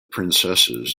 princesses